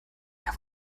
mehr